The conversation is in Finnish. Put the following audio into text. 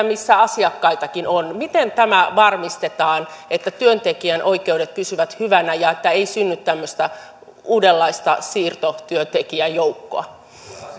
missä asiakkaitakin on miten tämä varmistetaan että työntekijän oikeudet pysyvät hyvänä ja että ei synny tämmöistä uudenlaista siirtotyöntekijäjoukkoa